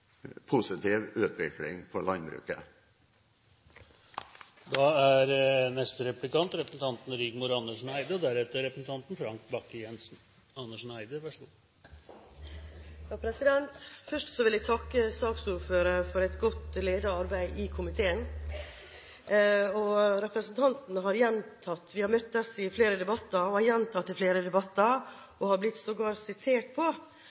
positiv utvikling for landbruket. Først vil jeg takke saksordføreren for et godt ledet arbeid i komiteen. Vi har møttes i flere debatter, og representanten har i flere debatter gjentatt og sågar blitt sitert på